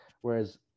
whereas